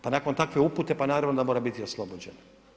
Pa nakon takve upute pa naravno da mora biti oslobođen.